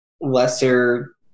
lesser